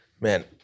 man